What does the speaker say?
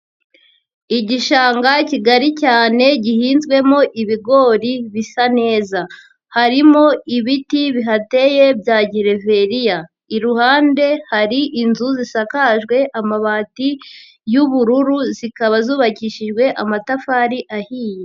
Igishanga kigari cyane gihinzwemo ibigori bisa neza. Harimo ibiti bihateye bya gereveriya. Iruhande hari inzu zisakajwe amabati y'ubururu, zikaba zubakishijwe amatafari ahiye.